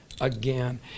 Again